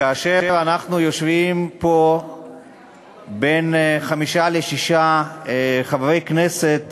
כאשר אנחנו יושבים פה בין חמישה לשישה חברי כנסת